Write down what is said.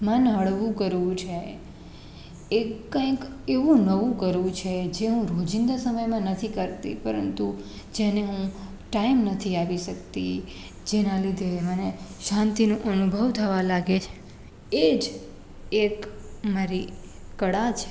મન હળવું કરવું છે એ કંઇક એવું નવું કરવું છે જે હું રોજીંદા જીવનમાં નથી કરતી પરંતુ જેને હું ટાઈમ નથી આપી શકતી જેના લીધે મને શાંતિનો અનુભવ થવા લાગે છે એજ એક મારી કળા છે